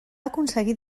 aconseguir